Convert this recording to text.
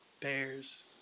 Bears